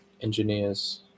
engineers